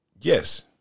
Yes